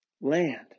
land